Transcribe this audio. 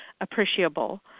appreciable